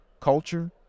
culture